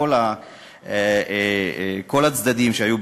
את כל הצדדים שהיו,